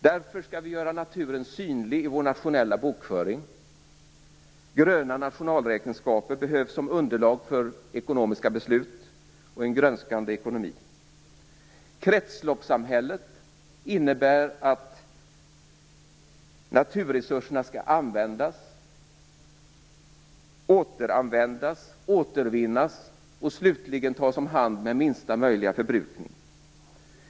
Därför skall vi göra naturen synlig i vår nationella bokföring. Gröna nationalräkenskaper behövs som underlag för ekonomiska beslut och en grönskande ekonomi. Kretsloppssamhället innebär att naturresurserna skall användas, återanvändas, återvinnas och slutligen tas om hand med minsta möjliga förbrukning.